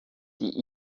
die